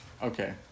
Okay